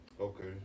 Okay